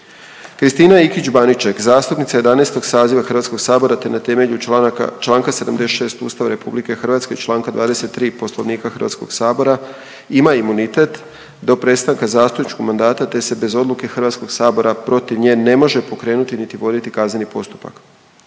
Ivana Marković, zastupnica 11. saziva Hrvatskog sabora, te na temelju članka 76. Ustava Republike Hrvatske i članka 23. Poslovnika Hrvatskog sabora ima imunitet do prestanka zastupničkog mandata, te se bez odluke Hrvatskog sabora protiv iste ne može pokrenuti, niti voditi kazneni postupak.